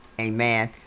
Amen